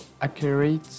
accurate